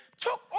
took